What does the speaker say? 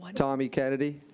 tommy kennedy.